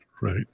right